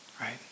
right